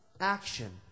action